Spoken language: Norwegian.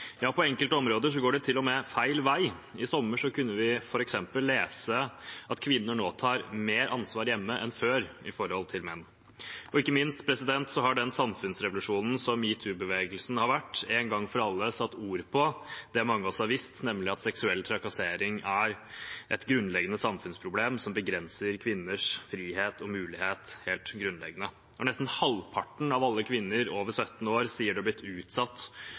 Ja, på enkelte områder går det til og med feil vei. I sommer kunne vi f.eks. lese at kvinner nå tar mer ansvar hjemme enn før, i forhold til menn. Ikke minst har den samfunnsrevolusjonen som metoo-bevegelsen har vært, én gang for alle satt ord på det mange av oss har visst, nemlig at seksuell trakassering er et grunnleggende samfunnsproblem som begrenser kvinners frihet og muligheter helt grunnleggende. Når nesten halvparten av alle kvinner over 17 år sier de har blitt utsatt